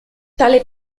tale